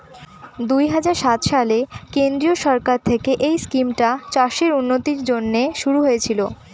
দুই হাজার সাত সালে কেন্দ্রীয় সরকার থেকে এই স্কিমটা চাষের উন্নতির জন্যে শুরু হয়েছিল